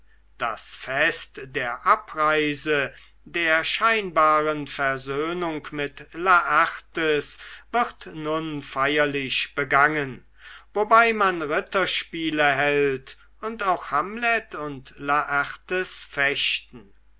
das fest der abreise der scheinbaren versöhnung mit laertes wird nun feierlich begangen wobei man ritterspiele hält und auch hamlet und laertes fechten